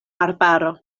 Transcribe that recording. arbaro